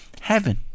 heaven